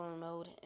mode